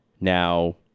Now